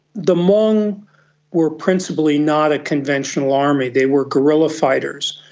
the hmong were principally not a conventional army, they were guerrilla fighters,